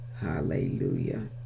Hallelujah